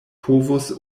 povus